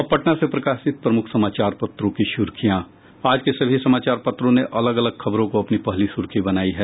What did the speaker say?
अब पटना से प्रकाशित प्रमुख समाचार पत्रों की सुर्खियां आज के सभी समाचार पत्रों ने अलग अलग खबरों को अपनी पहली सुर्खी बनायी है